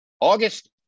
August